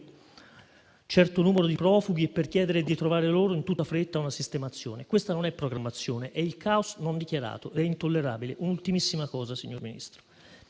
certo numero di profughi e per chiedere di trovare loro in tutta fretta una sistemazione. Questa non è programmazione: è il caos non dichiarato ed è intollerabile. In ultimo, signor Ministro,